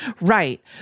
Right